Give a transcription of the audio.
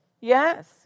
Yes